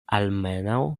almenaŭ